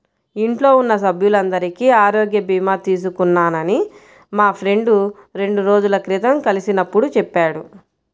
ఇంట్లో ఉన్న సభ్యులందరికీ ఆరోగ్య భీమా తీసుకున్నానని మా ఫ్రెండు రెండు రోజుల క్రితం కలిసినప్పుడు చెప్పాడు